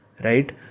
right